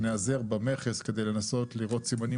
ניעזר במכס כדי לנסות לראות סימנים